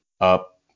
up